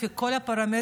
לפי כל הפרמטרים,